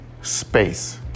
space